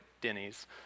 Denny's